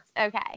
okay